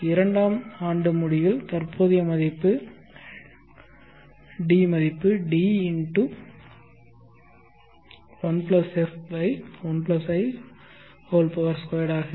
இரண்டாம் ஆண்டு முடிவில் தற்போதைய மதிப்பு டி மதிப்பு D1f1i2 ஆக இருக்கும்